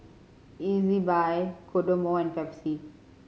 Ezbuy Kodomo and Pepsi